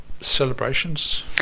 celebrations